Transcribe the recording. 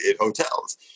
hotels